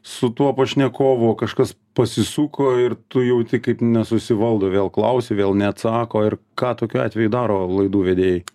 su tuo pašnekovu o kažkas pasisuko ir tu jauti kaip nesusivaldo vėl klausi vėl neatsako ir ką tokiu atveju daro laidų vedėjai